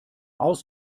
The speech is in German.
aus